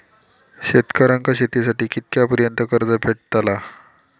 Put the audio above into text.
शेतकऱ्यांका शेतीसाठी कितक्या पर्यंत कर्ज भेटताला?